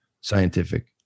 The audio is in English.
scientific